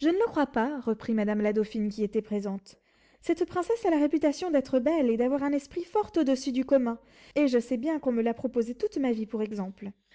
je ne le crois pas reprit madame la dauphine qui était présente cette princesse a la réputation d'être belle et d'avoir un esprit fort au-dessus du commun et je sais bien qu'on me l'a proposée toute ma vie pour exemple